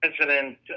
President